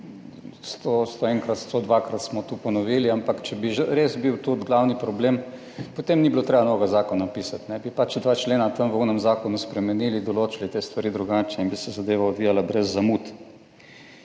kolikokrat, 101, 102-krat smo to ponovili, ampak če bi res bil tudi glavni problem, potem ni bilo treba novega zakona pisati, bi pa dva člena tam v onem zakonu spremenili, določili te stvari drugače in bi se zadeva odvijala brez zamud.